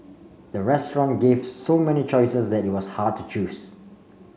the restaurant gave so many choices that it was hard to choose